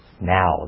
Now